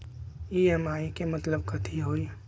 EMI के मतलब कथी होई?